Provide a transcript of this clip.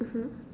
mmhmm